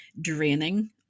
draining